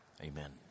amen